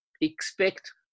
expect